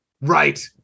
right